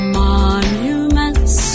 monuments